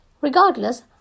Regardless